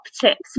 tips